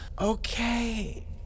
Okay